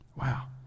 Wow